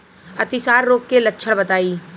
अतिसार रोग के लक्षण बताई?